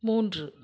மூன்று